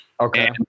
Okay